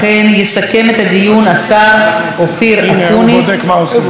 לכן יסכם את הדיון השר אופיר אקוניס.